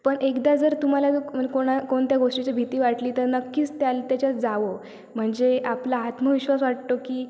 पण एकदा जर तुम्हाला जर मन कोणाला कोणत्या गोष्टीची भीती वाटली तर नक्कीच त्याल त्याच्यात जावं म्हणजे आपला आत्मविश्वास वाटतो की